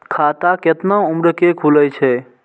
खाता केतना उम्र के खुले छै?